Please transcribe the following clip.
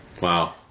Wow